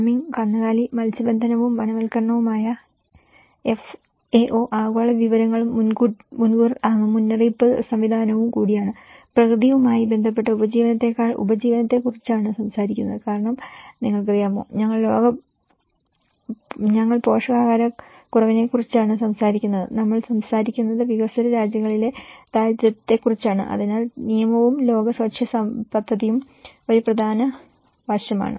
farming കന്നുകാലി മത്സ്യബന്ധനവും വനവൽക്കരണവും ആയ എഫ്എഒ ആഗോള വിവരങ്ങളും മുൻകൂർ മുന്നറിയിപ്പ് സംവിധാനവും കൂടിയാണ് പ്രകൃതിയുമായി ബന്ധപ്പെട്ട ഉപജീവനത്തെക്കാൾ ഉപജീവനത്തെക്കുറിച്ചാണ് സംസാരിക്കുന്നത് കാരണം നിങ്ങൾക്കറിയാമോ ഞങ്ങൾ പോഷകാഹാരക്കുറവിനെക്കുറിച്ചാണ് സംസാരിക്കുന്നത് നമ്മൾ സംസാരിക്കുന്നത് വികസ്വര രാജ്യങ്ങളിലെ ദാരിദ്ര്യത്തെക്കുറിച്ചാണ് അതിനാൽ നിയമവും ലോക ഭക്ഷ്യ പദ്ധതിയും ഒരു പ്രധാന വശമാണ്